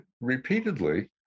repeatedly